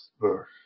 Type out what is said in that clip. verse